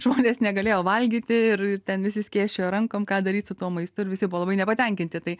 žmonės negalėjo valgyti ir ten visi skėsčiojo rankom ką daryt su tuo maistu ir visi buvo labai nepatenkinti tai